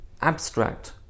abstract